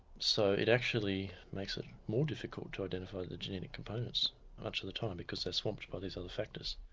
so it actually makes it more difficult to identify the genetic components much of the time because they are swamped by these other factors.